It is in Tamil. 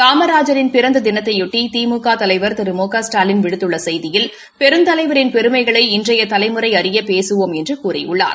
காமராஜரின் பிறந்த தினத்தையொட்டி திமுக தலைவர் திரு மு க ஸ்டாலின் விடுத்துள்ள செய்தியில் பெருந்தலைவரின் பெருமைகளை இன்றைய தலைமுறை அறிய பேசுவோம் என்று கூறியுள்ளார்